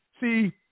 See